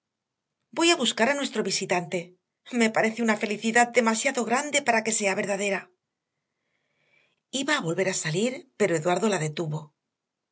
voy a buscar a nuestro visitante me parece una felicidad demasiado grande para que sea verdadera iba a volver a salir pero eduardo la detuvo